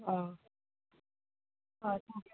ꯑꯥ ꯑꯥ